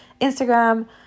Instagram